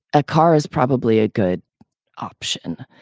a car is probably a good option.